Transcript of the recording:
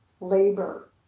labor